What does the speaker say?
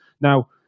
Now